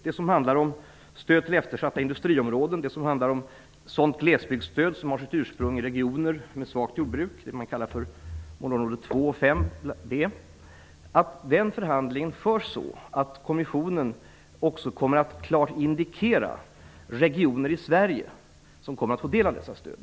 Den förhandlingen gäller stöd till eftersatta industriområden och sådant glesbygdsstöd som har sitt ursprung i regioner med svagt jordbruk -- det man kallar för områdena 2 och 5b. Det är viktigt att den förhandlingen förs så, att kommissionen kommer att klart indikera de regioner i Sverige som kommer att få del av detta stöd.